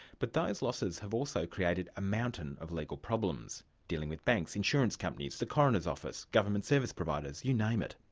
but those losses have also created a mountain of legal problems dealing with banks, insurance companies, the coroner's office, government service providers, you name it.